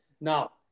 Now